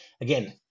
again